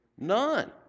None